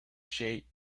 shade